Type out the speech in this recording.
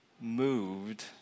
moved